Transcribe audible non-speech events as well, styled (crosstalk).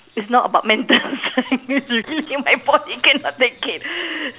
it's not about mental strength (laughs) really my body cannot take it